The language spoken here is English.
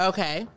Okay